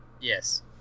Yes